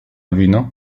wino